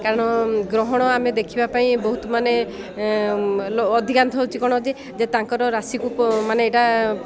କାରଣ ଗ୍ରହଣ ଆମେ ଦେଖିବା ପାଇଁ ବହୁତ ମାନେ ଅଧିକାନ୍ତ ହଉଛି କ'ଣ ଯେ ଯେ ତାଙ୍କର ରାଶିକୁ ମାନେ ଏଇଟା